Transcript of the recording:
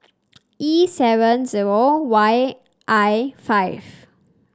E seven zero Y I five